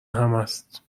همست